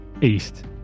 east